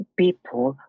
people